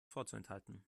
vorzuenthalten